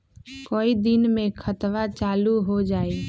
कई दिन मे खतबा चालु हो जाई?